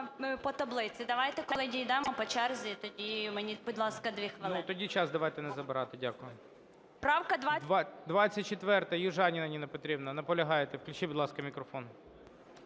тоді час давайте не забирати. Дякую. 24-а, Южаніна Ніна Петрівна. Наполягаєте? Включіть, будь ласка, мікрофон.